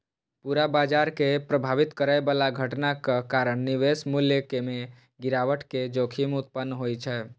पूरा बाजार कें प्रभावित करै बला घटनाक कारण निवेश मूल्य मे गिरावट के जोखिम उत्पन्न होइ छै